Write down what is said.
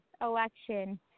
election